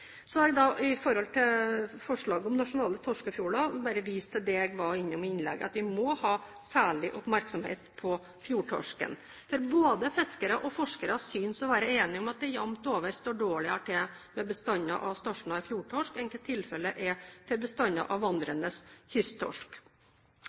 forslaget om nasjonale torskefjorder, bare vise til det jeg var innom i innlegget om at vi må ha særlig oppmerksomhet rettet mot fjordtorsken. Både fiskere og forskere synes å være enige om at det jevnt over står dårligere til med bestanden av stasjonær fjordtorsk enn hva tilfellet er for bestanden av